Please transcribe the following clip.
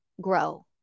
grow